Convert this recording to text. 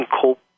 cope